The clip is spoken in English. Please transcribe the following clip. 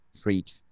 fridge